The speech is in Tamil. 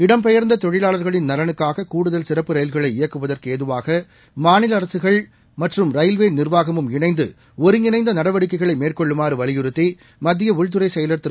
இடம்பெயர்ந்த தொழிலாளர்களின் நலனுக்காக கூடுதல் சிறப்பு ரயில்களை இயக்குவதற்கு ஏதுவாக மாநில அரசுகள் ரயில்வே நிர்வாகமும் இணைந்து ஒருங்கிணைந்த நடவடிக்கைகளை மேற்கொள்ளுமாறு வலியுறுத்தி மத்திய உள்துறை செயல் திரு